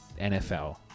NFL